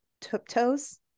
tiptoes